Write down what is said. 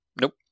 Nope